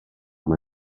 mae